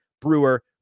Brewer